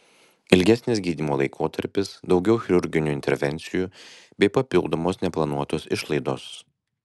ilgesnis gydymo laikotarpis daugiau chirurginių intervencijų bei papildomos neplanuotos išlaidos